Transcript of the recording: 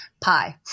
pie